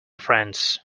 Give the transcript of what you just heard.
friends